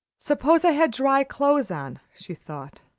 suppose i had dry clothes on, she thought.